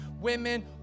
women